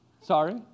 Sorry